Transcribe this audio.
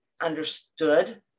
understood